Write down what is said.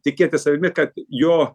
tikėti savimi kad jo